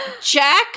Jack